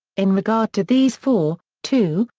in regard to these four, two,